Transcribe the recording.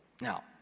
Now